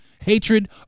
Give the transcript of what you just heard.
Hatred